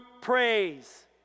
praise